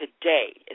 today